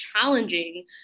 challenging